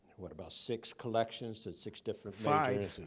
what, about six collections, to six different five.